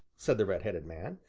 said the red-headed man,